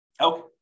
Okay